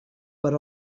per